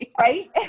Right